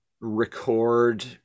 record